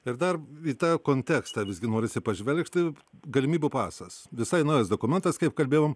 ir dar į tą kontekstą visgi norisi pažvelgti galimybių pasas visai naujas dokumentas kaip kalbėjom